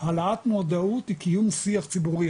העלאת מודעות הוא קיום שיח ציבורי.